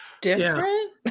different